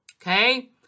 okay